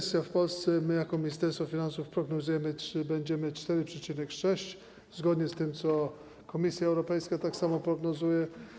Recesja w Polsce - my jako Ministerstwo Finansów prognozujemy, czy będzie to 4,6, zgodnie z tym, co Komisja Europejska tak samo prognozuje.